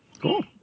Cool